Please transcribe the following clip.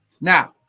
now